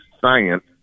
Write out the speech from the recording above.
science